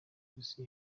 police